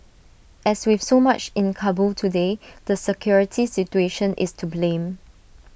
as with so much in Kabul today the security situation is to blame